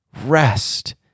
rest